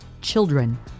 children